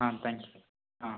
ah thank you sir ah